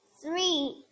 Three